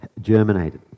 germinated